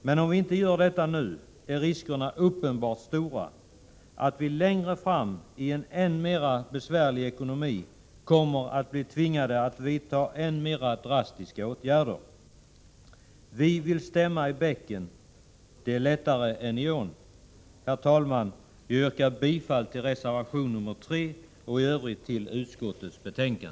Men om vi inte gör detta nu är riskerna uppenbart stora att vi längre fram i en än mera besvärlig ekonomi kommer att bli tvingade att vidtaga än mera drastiska åtgärder. Vi vill stämma i bäcken — det är lättare än i ån. Herr talman! Jag yrkar bifall till reservation nr 3 och i övrigt till utskottets hemställan.